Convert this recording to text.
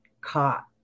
caught